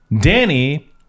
danny